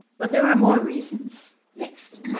but there are more reasons. next.